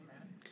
Amen